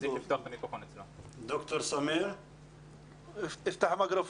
אחמד ג'בארין, יושב ראש ועד ההורים הארצי.